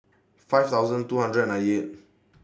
five thousand two hundred and ninety eighth